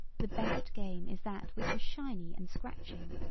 the best game is that which is shiny and scratching.